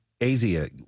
Asia